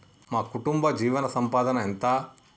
మా కుటుంబ జీవన సంపాదన ఎంత?